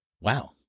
Wow